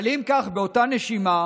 אבל אם כך, באותה נשימה,